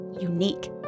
unique